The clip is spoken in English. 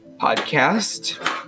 podcast